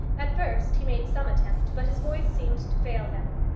at first he made some attempt, but his voice seemed to fail him.